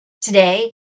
Today